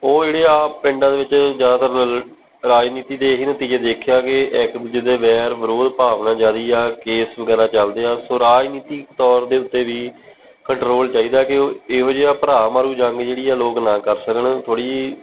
ਉਹ ਜਿਹੜੇ ਆ ਪਿੰਡਾਂ ਦੇ ਵਿੱਚ ਜ਼ਿਆਦਾਤਰ ਰਾਜਨੀਤੀ ਦੇ ਹੀ ਨਤੀਜੇ ਦੇਖਿਆ ਕਿ ਇੱਕ ਦੂਜੇ ਦੇ ਵੈਰ ਵਿਰੋਧ ਭਾਵਨਾ ਜ਼ਿਆਦਾ ਆ ਕੇਸ ਵਗੈਰਾ ਚੱਲਦੇ ਆ ਸੋ ਰਾਜਨੀਤਿਕ ਤੌਰ ਦੇ ਉੱਤੇ ਵੀ ਕੰਟਰੋਲ ਚਾਹੀਦਾ ਕਿ ਇਹੋ ਜਿਹਾ ਭਰਾ ਮਾਰੂ ਜੰਗ ਜਿਹੜੀ ਆ ਲੋਕ ਨਾ ਕਰ ਸਕਣ ਥੋੜ੍ਹੀ ਜਿਹੀ